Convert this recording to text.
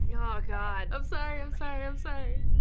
you know oh god! i'm sorry, i'm sorry, i'm sorry!